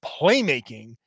playmaking